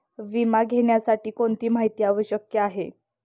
पीक विमा घेण्यासाठी कोणती माहिती आवश्यक आहे?